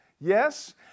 Yes